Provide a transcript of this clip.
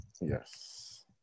Yes